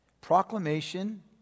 proclamation